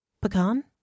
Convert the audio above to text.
Pecan